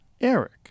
Eric